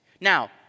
Now